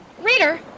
Reader